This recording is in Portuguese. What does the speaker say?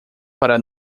para